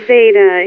Zeta